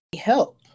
help